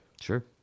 Sure